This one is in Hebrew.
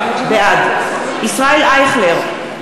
בעד ישראל אייכלר,